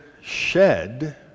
shed